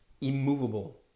immovable